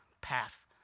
path